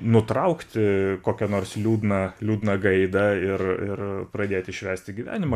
nutraukti kokią nors liūdną liūdną gaidą ir ir pradėti švęsti gyvenimą